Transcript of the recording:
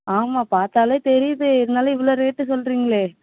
ஆமாம் பார்த்தாலே தெரியுது இருந்தாலும் இவ்வளோ ரேட்டு சொல்லுறிங்களே